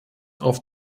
auf